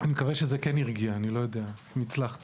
אני מקווה שמה שאמרתי כן הצליח להרגיע...